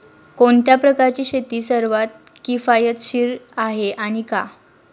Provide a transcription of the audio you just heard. कोणत्या प्रकारची शेती सर्वात किफायतशीर आहे आणि का?